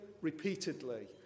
repeatedly